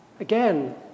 Again